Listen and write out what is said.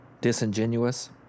disingenuous